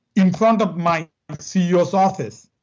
in front of my ceo's office,